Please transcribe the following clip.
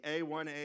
A1A